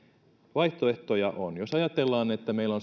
vaihtoehtoja on jos ajatellaan että meillä